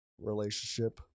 relationship